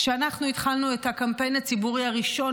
כשאנחנו התחלנו את הקמפיין הציבורי הראשון